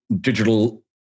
digital